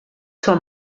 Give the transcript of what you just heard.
zur